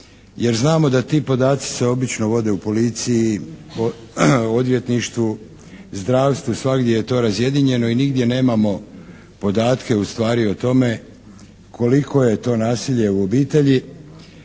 jer znamo da ti podaci se obično vode u policiji, odvjetništvu, zdravstvu, svagdje je to razjedinjeno i nigdje nemamo podatke ustvari o tome koliko je to nasilje u obitelji.